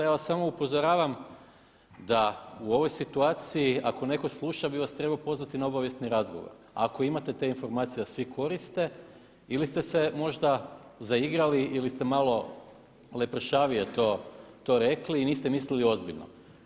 Ja vas samo upozoravam da u ovoj situaciji ako netko sluša bi vas trebao pozvati na obavijesni razgovor ako imate te informacije da svi koriste ili ste se možda zaigrali ili ste malo lepršavije to rekli i niste mislili ozbiljno.